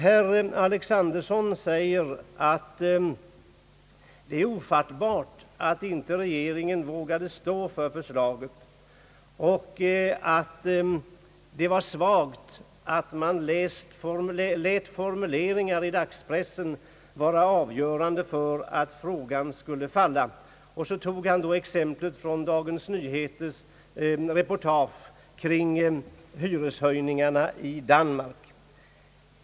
Herr Alexanderson säger att det är ofattbart att regeringen inte vågade stå för förslaget och att det var svagt att man lät formuleringar i dagspressen vara avgörande för att frågan skulle falla. Och så tog han exemplen från Dagens Nyheters reportage kring hyreshöjningarna i Danmark.